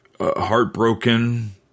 heartbroken